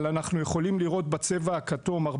אבל אנחנו יכולים לראות בצבע הכתום ש-